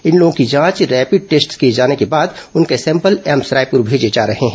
इन लोगों की जांच रैपिड टेस्ट से किए जाने के बाद उनके सैंपल एम्स रायपुर भेजे जा रहे हैं